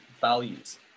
values